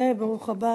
וברוך הבא